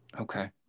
Okay